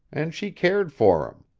and she cared for him.